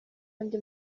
andi